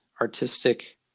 artistic